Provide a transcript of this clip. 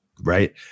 right